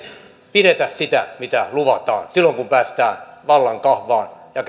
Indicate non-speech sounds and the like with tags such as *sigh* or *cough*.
pidetä sitä mitä luvataan silloin kun päästään vallan kahvaan ja *unintelligible*